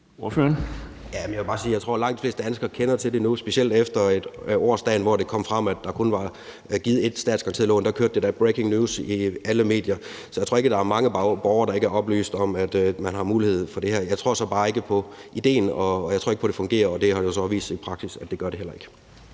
bare sige, at jeg tror, at langt de fleste danskere kender til det nu, specielt efter årsdagen, hvor det kom frem, at der kun var givet ét statsgaranteret lån; der kørte det da som breaking news i alle medier. Så jeg tror ikke, at der er mange borgere, der ikke er oplyst om, at man har mulighed for det her. Jeg tror så bare ikke på idéen, og jeg tror ikke på, det fungerer, og det har jo så vist sig i praksis, at det gør det heller ikke.